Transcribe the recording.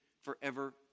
forever